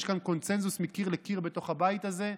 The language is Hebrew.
יש כאן קונסנזוס מקיר לקיר בתוך הבית הזה,